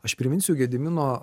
aš priminsiu gedimino